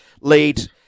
lead